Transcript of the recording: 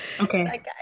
Okay